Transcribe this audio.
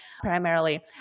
primarily